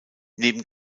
neben